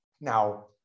Now